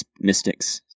mystics